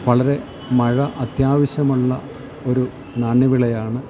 വളരെ മഴ അത്യാവശ്യമുള്ള ഒരു നാണ്യവിളയാണ്